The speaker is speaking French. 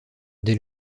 dès